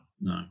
No